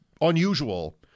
unusual